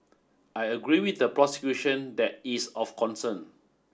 I agree with the prosecution that is of concern